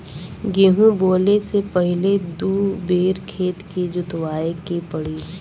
गेंहू बोवले से पहिले दू बेर खेत के जोतवाए के पड़ी